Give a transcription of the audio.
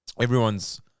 everyone's